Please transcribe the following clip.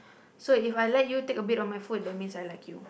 so If I let you take a bit of my food that means I like you